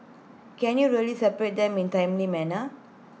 can you really separate them in timely manner